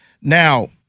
Now